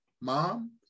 mom